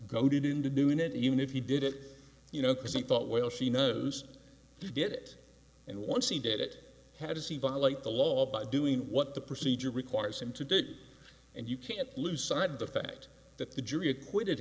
goaded into doing it even if he did it you know because he thought well she knows who did it and once he did it how does he violate the law by doing what the procedure requires him to did and you can't lose sight of the fact that the jury acquitted